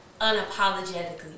unapologetically